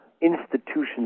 institutions